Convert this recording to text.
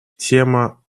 тема